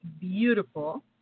beautiful